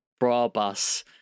brabus